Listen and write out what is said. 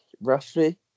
roughly